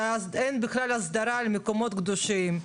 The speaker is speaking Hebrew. שאין בכלל הסדרה על מקומות קדושים.